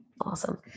awesome